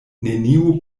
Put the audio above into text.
nenio